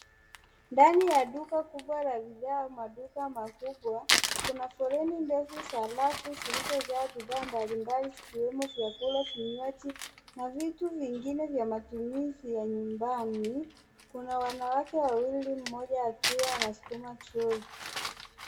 Ndani ya duka kubwa la bidhaa au maduka makubwa. Kuna foleni ndefu za rafu zilizojaa bidhaa mbalimbali zikiwemo vyakula, vinywaji na vitu vingine vya matumizi ya nyumbani. Kuna wanawake wawili mmoja akiwa anasukuma troli.